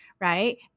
right